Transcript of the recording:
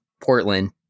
Portland